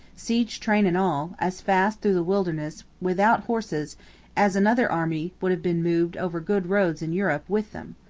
siege train and all, as fast through the wilderness without horses as another army would have been moved over good roads in europe with them.